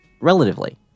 relatively